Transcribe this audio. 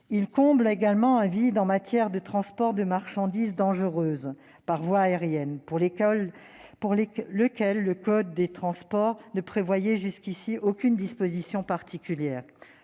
Il comble également un vide en matière de transport de marchandises dangereuses par voie aérienne ; jusqu'ici, le code des transports ne prévoyait aucune disposition particulière.